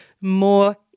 more